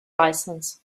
license